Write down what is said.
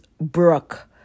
Brooke